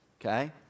okay